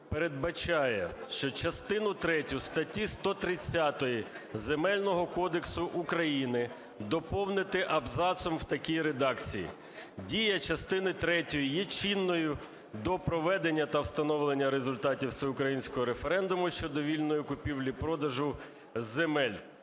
передбачає, що частину третю статті 130 Земельного кодексу України доповнити абзацом в такій редакції: "Дія частини третьої є чинною до проведення та встановлення результатів всеукраїнського референдуму щодо вільної купівлі-продажу земель